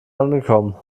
angekommen